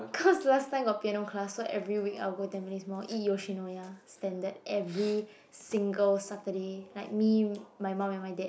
cause last time got piano class so every week I'll go Tampines Mall eat Yoshinoya standard every single Saturday like me my mum and my dad